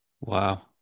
wow